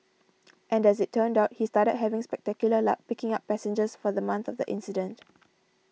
and as it turned out he started having spectacular luck picking up passengers for the month of the incident